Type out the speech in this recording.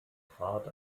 fahrt